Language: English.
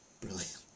Brilliant